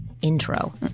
intro